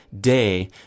day